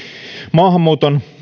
maahanmuuton